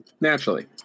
Naturally